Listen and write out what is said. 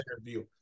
interview